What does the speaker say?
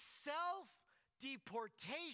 self-deportation